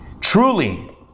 Truly